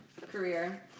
career